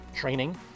training